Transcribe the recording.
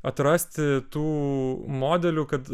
atrasti tų modelių kad